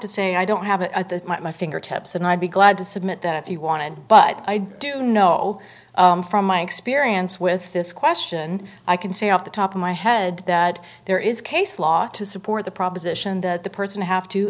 to say i don't have a my fingertips and i'd be glad to submit that if you want to but i do know from my experience with this question i can say off the top of my head that there is case law to support the proposition that the person have to